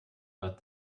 but